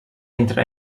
entre